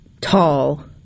tall